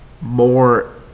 more